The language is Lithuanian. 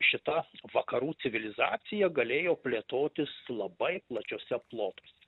šita vakarų civilizacija galėjo plėtotis labai plačiuose plotuose